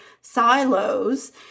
silos